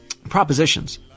Propositions